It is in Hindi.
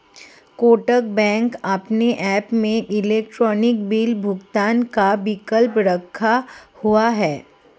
कोटक बैंक अपने ऐप में इलेक्ट्रॉनिक बिल भुगतान का विकल्प रखा हुआ है